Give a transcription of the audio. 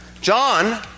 John